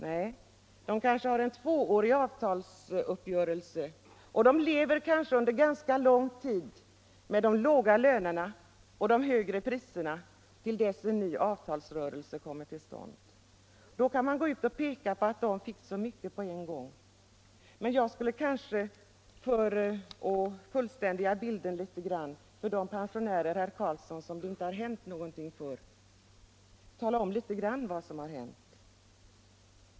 Nej, de kanske har en tvåårig avtalsuppgörelse och får under ganska lång tid leva med de låga lönerna och de högre priserna till dess att en ny avtalsrörelse kommer till stånd — och då pekar man på att de får så mycket pengar på en gång. För att fullständiga bilden litet grand, herr Carlsson, när det gäller de pensionärer som inte skulle ha fått någon kompensation, kanske jag skall tala om något av vad som har hänt.